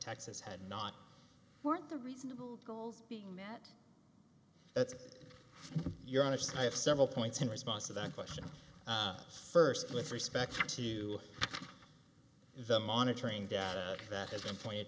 texas had not want the reasonable goals being met that's your honest i have several points in response to that question first with respect to the monitoring data that has been pointed